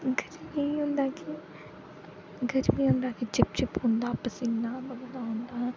गर्मी च एह् होंदा कि गर्मी एह् होंदा कि चिप चिप होंदा पसीना बगदा रौंह्दा